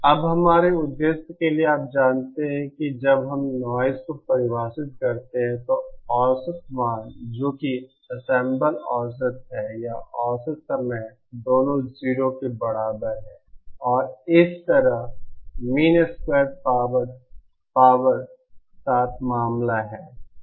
अब हमारे उद्देश्य के लिए आप जानते हैं कि जब हम नॉइज़ को परिभाषित करते हैं तो औसत मान जो कि एंसेंबल औसत है या औसत समय दोनों 0 के बराबर हैं और इसी तरह मीन स्क्वेयर पावर साथ मामला है